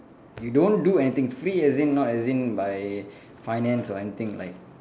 you don't do anything free as in not as in by finance or anything like